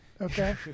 Okay